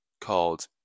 called